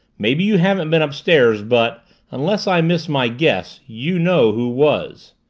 maybe you haven't been upstairs but unless i miss my guess, you know who was!